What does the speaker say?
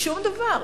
שום דבר.